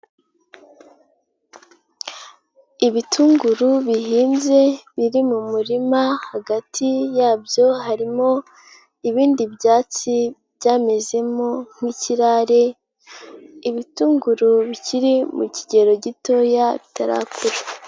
Ibitunguru bihinze, biri mu murima hagati yabyo harimo ibindi byatsi byamezemo nk'ikirare, ibitunguru bikiri mu kigero gitoya, bitarakura.